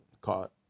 caught